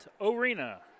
Arena